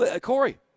Corey